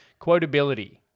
Quotability